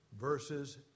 verses